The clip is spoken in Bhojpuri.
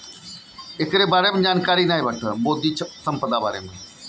विश्व बौद्धिक संपदा संगठन कअ संचालन छबीस अप्रैल उन्नीस सौ सत्तर से शुरू भयल रहे